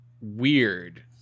weird